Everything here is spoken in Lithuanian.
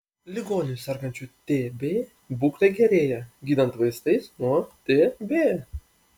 ligonių sergančių tb būklė gerėja gydant vaistais nuo tb